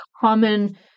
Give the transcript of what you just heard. common